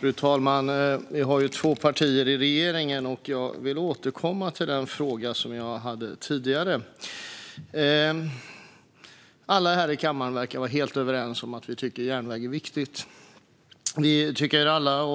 Fru talman! Vi har två partier i regeringen, och jag vill återkomma till den fråga som jag hade tidigare. Alla här i kammaren verkar vara helt överens om att järnväg är viktigt. Vi tycker alla att